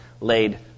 laid